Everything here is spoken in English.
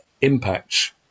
impacts